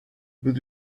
would